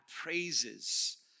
praises